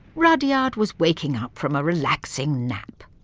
rudyard was waking up from a relaxing nap.